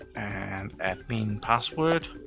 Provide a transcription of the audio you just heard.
and admin and password.